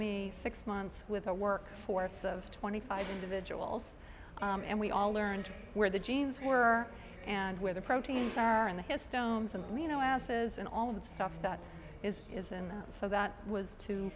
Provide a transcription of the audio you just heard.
me six months with a work force of twenty five individuals and we all learned where the genes were and where the proteins are in the histones and we know asses and all the stuff that is isn't so that was to